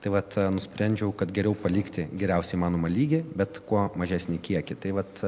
tai vat nusprendžiau kad geriau palikti geriausią įmanomą lygį bet kuo mažesnį kiekį tai vat